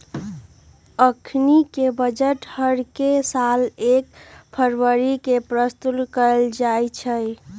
अखनीके बजट हरेक साल एक फरवरी के प्रस्तुत कएल जाइ छइ